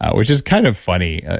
which is kind of funny.